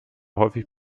häufig